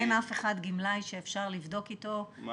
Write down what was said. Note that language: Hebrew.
אין אף אחד גמלאי שאפשר לבדוק איתו מה היה?